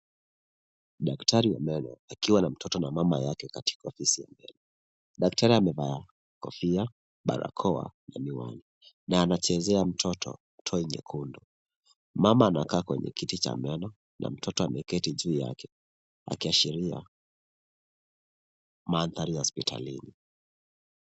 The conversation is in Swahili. Daktari wa meno akiwa na mtoto na mama yake katika ofisi ya mbele . Daktari amevaa kofia, barakoa na miwani na anachezea mtoto toy nyekundu. Mama anakaa kwenye kiti cha meno na mtoto ameketi juu yake akiashiria mandhari ya hospitalini.